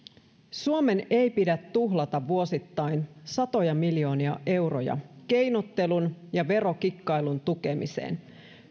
suomen ei pidä tuhlata vuosittain satoja miljoonia euroja keinottelun ja verokikkailun tukemiseen